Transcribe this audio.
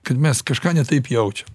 kad mes kažką ne taip jaučiam